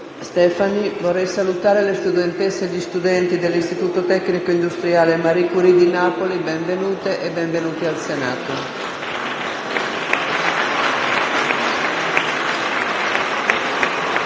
finestra"). Salutiamo le studentesse e gli studenti dell'Istituto tecnico industriale «Marie Curie» di Napoli. Benvenute e benvenuti al Senato.